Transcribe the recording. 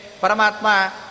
Paramatma